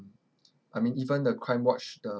I mean even the crime watch the